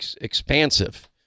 expansive